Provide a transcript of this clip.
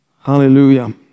Hallelujah